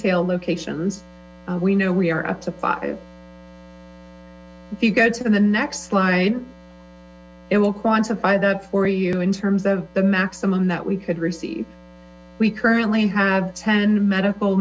retail locations we know we are up to five if you go to the next slide it will quantify that for you in terms of the maximum that we could receive we currently have ten medical